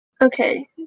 Okay